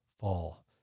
fall